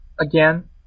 Again